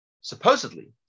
supposedly